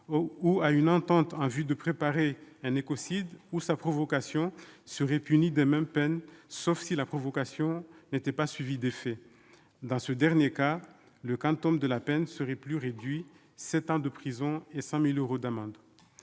ou à une entente en vue de préparer un écocide ou sa provocation, seraient punies des mêmes peines, sauf si la provocation n'était pas suivie d'effet. Dans ce dernier cas, le quantum de peine serait plus faible : sept ans de prison et 100 000 euros d'amende.